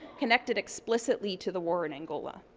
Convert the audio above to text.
connected explicitly to the war in angola.